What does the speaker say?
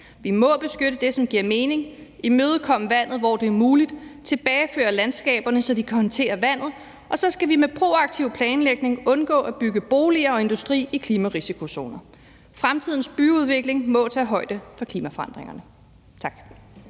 Vi må beskytte det, som giver mening; imødekomme vandet, hvor det er muligt; tilbageføre landskaberne, så de kan håndtere vandet; og så skal vi med proaktiv planlægning undgå at bygge boliger og industri i klimarisikozoner. Fremtidens byudvikling må tage højde for klimaforandringerne. Tak.